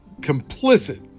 complicit